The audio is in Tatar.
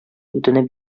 үтенеп